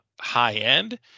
high-end